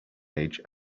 age